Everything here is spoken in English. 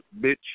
bitch